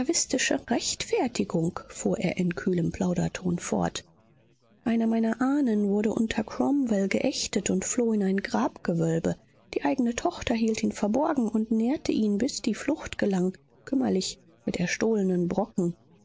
rechtfertigung fuhr er in kühlem plauderton fort einer meiner ahnen wurde unter cromwell geächtet und floh in ein grabgewölbe die eigne tochter hielt ihn verborgen und nährte ihn bis die flucht gelang kümmerlich mit erstohlenen brocken